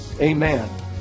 amen